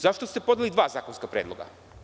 Zašto ste podneli dva zakonska predloga?